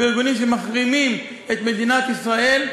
בארגונים שמחרימים את מדינת ישראל,